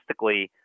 logistically